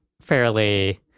fairly